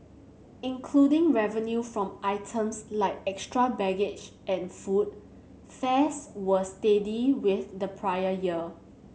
including revenue from items like extra baggage and food fares were steady with the prior year